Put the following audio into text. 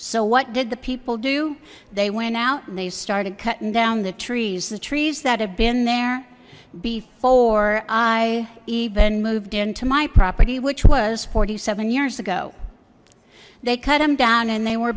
so what did the people do they went out and they started cutting down the trees the trees that have been there before i even moved into my property which was forty seven years ago they cut him down and they were